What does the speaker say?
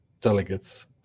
delegates